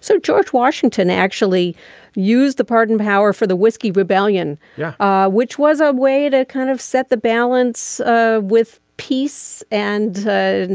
so george washington actually used the pardon power for the whiskey rebellion yeah ah which was a way to kind of set the balance ah with peace and